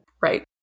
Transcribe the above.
Right